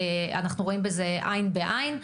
אנחנו רואים בזה עין בעין.